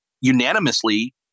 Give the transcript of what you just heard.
unanimously